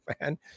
man